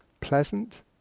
Pleasant